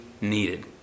needed